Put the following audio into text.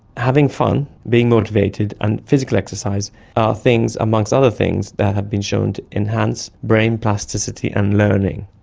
having fun, being motivated and physical exercise are things, amongst other things, that have been shown to enhance brain plasticity and learning.